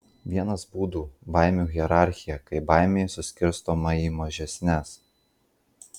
vienas būdų baimių hierarchija kai baimė suskirstoma į mažesnes